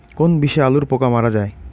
কোন বিষে আলুর পোকা মারা যায়?